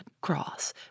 cross